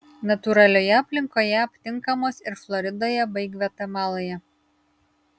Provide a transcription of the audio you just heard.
natūralioje aplinkoje aptinkamos ir floridoje bei gvatemaloje